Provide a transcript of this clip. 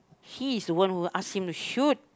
he is the one what asking to shoot